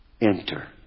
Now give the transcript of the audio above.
Enter